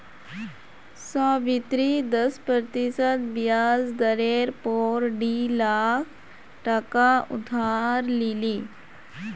सावित्री दस प्रतिशत ब्याज दरेर पोर डी लाख टका उधार लिले